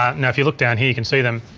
um now if you look down here you can see them.